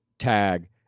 Tag